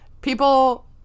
People